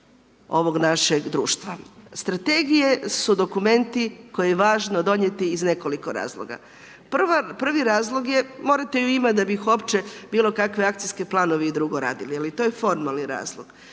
ovog našeg društva. Strategije su dokumenti, koje je važno donijeti iz nekoliko razloga, prvi razlog je, morate ju imati, da bi uopće bilo kakve akcijski planovi i drugo radili, a to je formalni razlog.